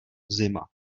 zima